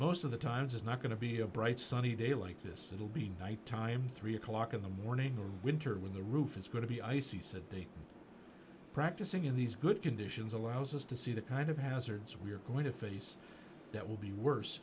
most of the times it's not going to be a bright sunny day like this it will be night time three o'clock in the morning of winter when the roof is going to be icy said they practicing in these good conditions allows us to see the kind of hazards we're going to face that will be worse